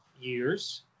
years